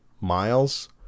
Miles